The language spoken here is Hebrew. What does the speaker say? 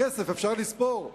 כסף אפשר לספור,